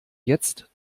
jetzt